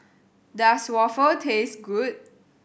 does waffle taste good